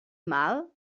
mal